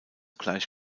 gleich